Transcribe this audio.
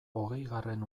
hogeigarren